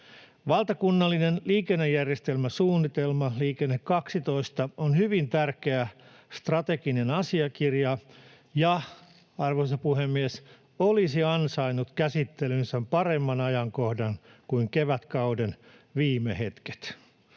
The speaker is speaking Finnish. Valtakunnallinen liikennejärjestelmäsuunnitelma Liikenne 12 on hyvin tärkeä strateginen asiakirja ja, arvoisa puhemies, olisi ansainnut käsittelyynsä paremman ajankohdan kuin kevätkauden viime hetket.